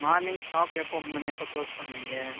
morning shop எப்போ open பண்ணி எப்போ க்ளோஸ் பண்ணுவீங்கள்